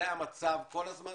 זה המצב שהיה כל הזמן?